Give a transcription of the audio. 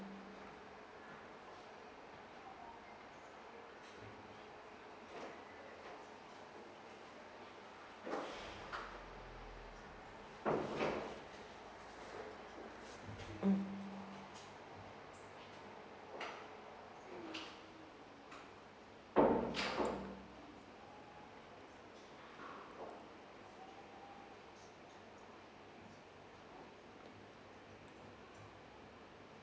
mm